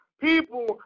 people